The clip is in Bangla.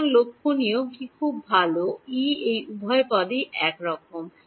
সুতরাং লক্ষণীয় কি খুব ভাল E এই উভয় পদেই একই রকম